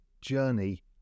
journey